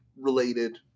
related